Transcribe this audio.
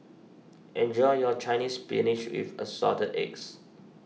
enjoy your Chinese Spinach with Assorted Eggs